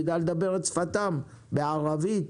הוא יידע לדבר את שפתם בערבית,